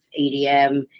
EDM